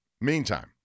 meantime